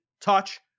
touch